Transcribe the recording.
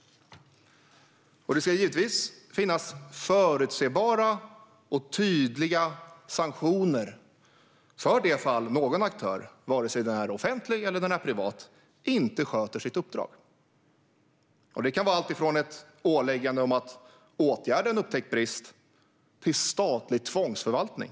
Det ska givetvis finnas förutsebara och tydliga sanktioner för det fall att någon aktör, oavsett om den är offentlig eller privat, inte sköter sitt uppdrag. Det kan vara alltifrån ett åläggande om att åtgärda en upptäckt brist till statlig tvångsförvaltning.